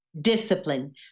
Discipline